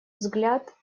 взгляд